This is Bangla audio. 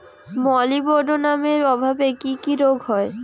মলিবডোনামের অভাবে কি কি রোগ হয়?